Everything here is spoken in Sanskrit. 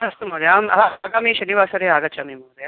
अस्तु महोदय अहम् अहम् आगामि शनिवासरे आगच्छामि महोदय